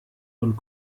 und